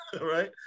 Right